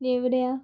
नेवऱ्या